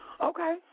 Okay